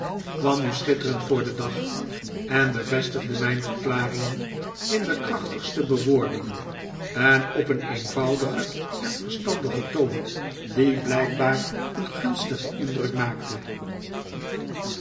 kwam nu schitterend voor den dag en bevestigde mijn verklaringen in de krachtigste bewoordingen en op een eenvoudigen en verstandigen toon die blijkbaar een gunstigen indruk maakte